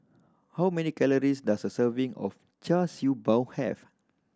how many calories does a serving of Char Siew Bao have